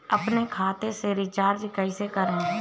अपने खाते से रिचार्ज कैसे करें?